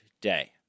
day